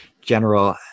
General